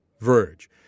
Verge